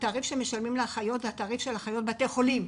התעריף שמשלמים לאחיות זה תעריף של אחיות בתי החולים,